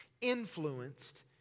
influenced